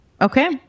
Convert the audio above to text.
Okay